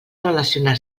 relacionar